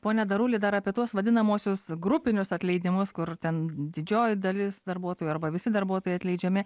ponia daruli dar apie tuos vadinamuosius grupinius atleidimus kur ten didžioji dalis darbuotojų arba visi darbuotojai atleidžiami